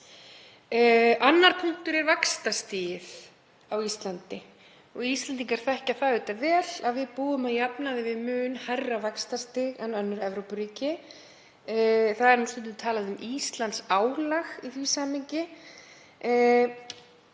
Annar punktur er vaxtastigið á Íslandi. Íslendingar þekkja það auðvitað vel að við búum að jafnaði við mun hærra vaxtastig en önnur Evrópuríki. Það er stundum talað um Íslandsálag í því samhengi,